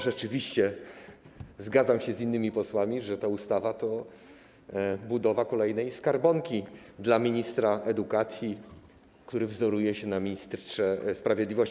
Rzeczywiście, zgadzam się z innymi posłami, że ta ustawa to budowa kolejnej skarbonki dla ministra edukacji, który wzoruje się na ministrze sprawiedliwości.